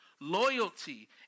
loyalty